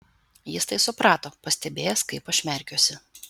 jis tai suprato pastebėjęs kaip aš merkiuosi